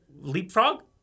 leapfrog